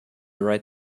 write